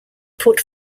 put